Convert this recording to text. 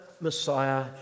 Messiah